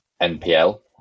NPL